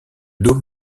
dôme